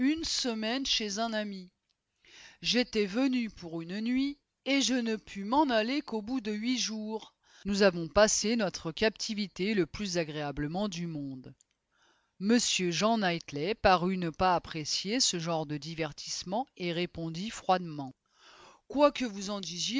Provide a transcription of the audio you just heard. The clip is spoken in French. une semaine chez un ami j'étais venu pour une nuit et je ne pus m'en aller qu'au bout de huit jours nous avons passé notre captivité le plus agréablement du monde m jean knightley parut ne pas apprécier ce genre de divertissement et répondit froidement quoi que vous en disiez